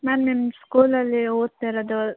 ma'am ನಿಮ್ಮ ಸ್ಕೂಲಲ್ಲಿ ಓದ್ತಿರೋದು